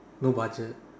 no budget